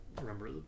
remember